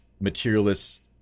materialist